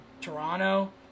Toronto